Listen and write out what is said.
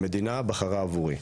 המדינה בחרה עבורי,